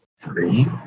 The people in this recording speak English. three